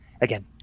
again